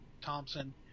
Thompson